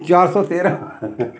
चार सौ तेरां